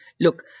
Look